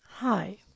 Hi